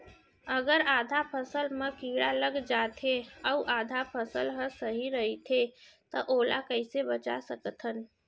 अगर आधा फसल म कीड़ा लग जाथे अऊ आधा फसल ह सही रइथे त ओला कइसे बचा सकथन?